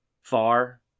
far